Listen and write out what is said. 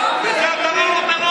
על זה אתה לא